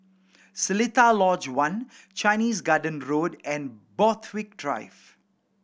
Seletar Lodge One Chinese Garden Road and Borthwick Drive